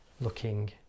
looking